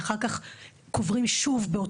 אנחנו מגיעים למקרים שבליל קבורה של אדם מתחילים הלחץ